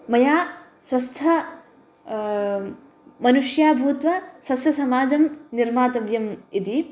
मया स्वस्थ मनुष्या भूत्वा स्वस्यसमाजं निर्मातव्यम् इति